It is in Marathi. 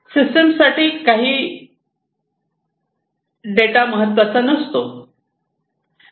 सिस्टम साठी काही डेटा महत्त्वाचा नसतो